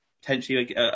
potentially